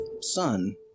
son